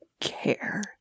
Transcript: care